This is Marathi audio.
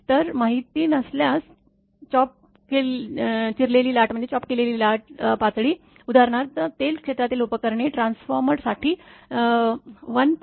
तर माहिती नसल्यास चिरलेली लाट पातळी उदाहरणार्थ तेल क्षेत्रातील उपकरणे ट्रान्सफॉर्मर साठी 1